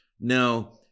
Now